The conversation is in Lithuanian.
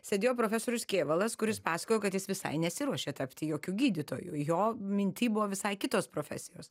sėdėjo profesorius kėvalas kuris pasakojo kad jis visai nesiruošė tapti jokiu gydytoju jo minty buvo visai kitos profesijos